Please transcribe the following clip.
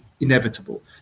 inevitable